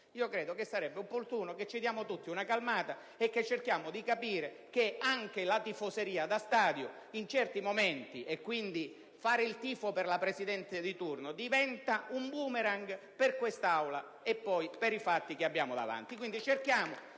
Io credo sarebbe opportuno che ci diamo tutti una calmata e cerchiamo di capire che anche la tifoseria da stadio in certi momenti - e quindi fare il tifo per la Presidenza di turno - diventa un *boomerang* per quest'Aula e per i fatti che abbiamo davanti.